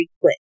quick